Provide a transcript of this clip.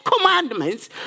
commandments